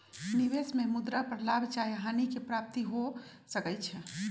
निवेश में मुद्रा पर लाभ चाहे हानि के प्राप्ति हो सकइ छै